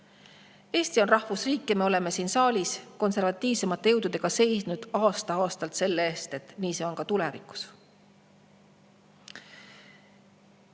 Eesti on rahvusriik ja me oleme siin saalis konservatiivsemate jõududega seisnud aasta-aastalt selle eest, et see oleks nii ka tulevikus.